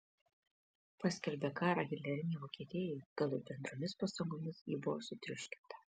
paskelbė karą hitlerinei vokietijai galop bendromis pastangomis ji buvo sutriuškinta